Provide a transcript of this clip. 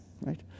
right